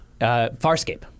Farscape